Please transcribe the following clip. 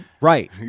Right